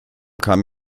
kam